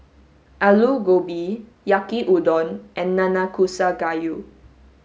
Alu Gobi Yaki udon and Nanakusa gayu